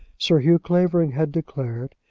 sir hugh clavering had declared,